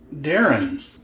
Darren